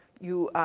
you,